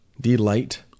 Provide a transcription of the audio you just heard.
Delight